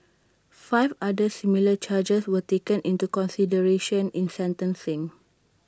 five other similar charges were taken into consideration in sentencing